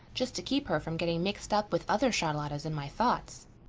just to keep her from getting mixed up with other charlottas in my thoughts,